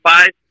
Five